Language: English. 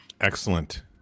Excellent